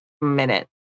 minute